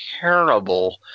Terrible